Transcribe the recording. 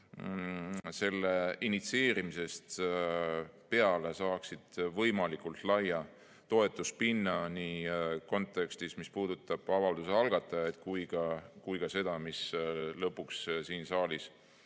selle initsieerimisest peale saaksid võimalikult laia toetuspinna, nii kontekstis, mis puudutab avalduse algatajad, kui ka seda, mis lõpuks siin saalis